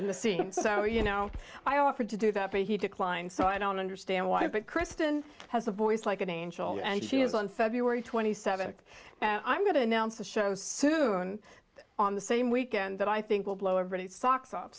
in the scenes are you know i offered to do that but he declined so i don't understand why but kristen has a voice like an angel and she is on february twenty seventh i'm going to announce a show soon on the same weekend that i think will blow over the socks off